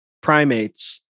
primates